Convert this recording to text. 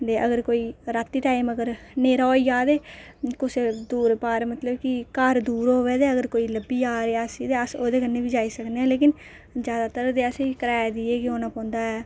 दे अगर कोई राती टाइम अगर न्हेरा होई जाए ते कुसै दूर पार मतलब कि घर दूर होऐ ते अगर कोई लब्भी जाए रियासी ते अस ओहदे कन्नै बी जाई सकने हां लेकिन ज्यादातर ते आसेगी किराया देइये गै औना पौंदा